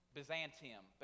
Byzantium